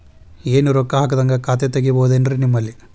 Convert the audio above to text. ಏನು ರೊಕ್ಕ ಹಾಕದ್ಹಂಗ ಖಾತೆ ತೆಗೇಬಹುದೇನ್ರಿ ನಿಮ್ಮಲ್ಲಿ?